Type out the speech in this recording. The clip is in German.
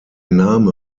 name